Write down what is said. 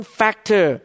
factor